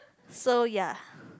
so ya